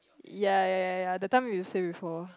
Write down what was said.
ya ya ya ya that time you say before